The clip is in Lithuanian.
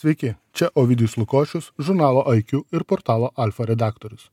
sveiki čia ovidijus lukošius žurnalo iq ir portalo alfa redaktorius